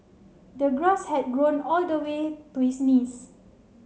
the grass had grown all the way to his knees